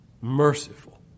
Merciful